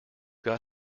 got